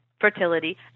fertility